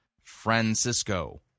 Francisco